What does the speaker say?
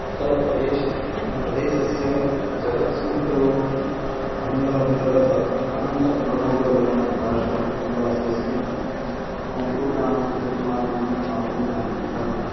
उत्कल प्रदेशस्य जगत्सम्प्रोमण्डल अन्तर्गत अनन्तब्रह्मपुरग्रामनिवासी निवासी अस्मि मम पितुः नाम सुधीर् कुमार् पण्डा मातुः नाम वनिता पण्डा